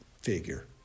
figure